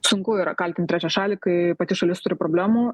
sunku yra kaltint trečią šalį kai pati šalis turi problemų